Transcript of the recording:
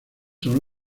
son